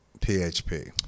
PHP